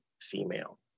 female